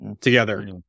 together